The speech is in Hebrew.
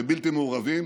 בבלתי מעורבים,